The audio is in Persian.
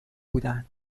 بودن